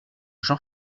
jean